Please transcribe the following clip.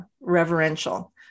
reverential